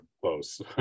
close